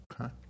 okay